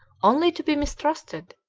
only to be mistrusted,